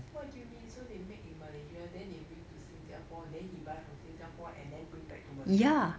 what do you mean so they make in malaysia then they bring to 新加坡 then he buy from 新加坡 and then bring back to malaysia